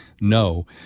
no